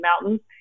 Mountains